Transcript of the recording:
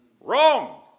Wrong